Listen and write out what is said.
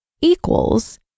equals